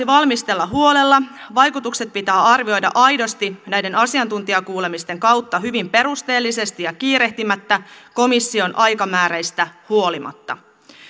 valmistella huolella ja vaikutukset pitää arvioida aidosti näiden asiantuntijakuulemisten kautta hyvin perusteellisesti ja kiirehtimättä komission aikamääreistä huolimatta